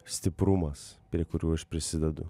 stiprumas prie kurių aš prisidedu